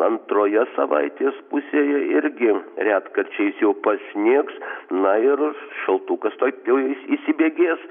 antroje savaitės pusėje irgi retkarčiais jau pasnigs na ir šaltukas taip jau į įsibėgės